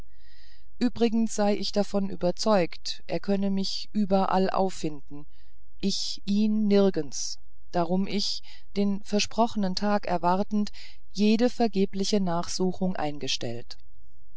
übrigens sei ich davon überzeugt er könne mich überall auffinden ich ihn nirgends darum ich den versprochenen tag erwartend jede vergebliche nachsuchung eingestellt